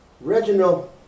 Reginald